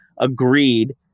agreed